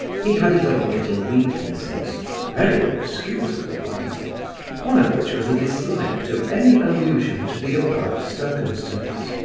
he had his own little weaknesses very excusable ones one of which was a dislike to any allusion to the above circumstance.